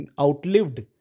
outlived